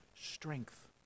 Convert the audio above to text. strength